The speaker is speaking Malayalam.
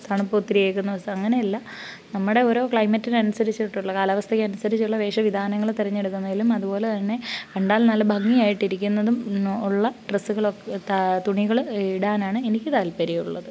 തണുപ്പൊത്തിരി ഏൽക്കുന്ന ദിവസം അങ്ങനെയല്ല നമ്മുടെ ഓരോ ക്ലൈമറ്റിന് അനുസരിച്ചിട്ടുള്ള കാലാവസ്ഥയ്ക്ക് അനുസരിച്ചുള്ള വേഷവിധാനങ്ങൾ തിരഞ്ഞെടുക്കുന്നതിലും അതുപോലെത്തന്നെ കണ്ടാൽ നല്ല ഭംഗിയായിട്ട് ഇരിക്കുന്നതുമുള്ള ഡ്രെസ്സുകളൊ തുണികൾ ഇടാനാണ് എനിക്ക് താല്പര്യമുള്ളത്